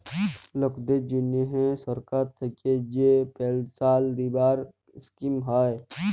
লকদের জনহ সরকার থাক্যে যে পেলসাল দিবার স্কিম হ্যয়